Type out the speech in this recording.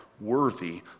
worthy